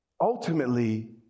ultimately